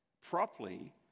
properly